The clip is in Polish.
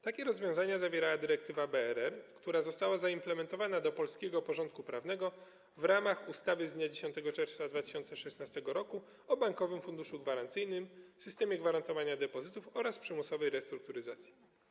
Takie rozwiązania zawierała dyrektywa BRR, która została implementowana do polskiego porządku prawnego w ramach ustawy z dnia 10 czerwca 2016 r. o Bankowym Funduszu Gwarancyjnym, systemie gwarantowania depozytów oraz przymusowej restrukturyzacji.